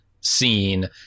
scene